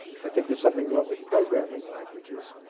i think there's something wrong with programming languages,